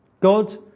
God